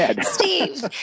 Steve